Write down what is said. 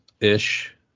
ish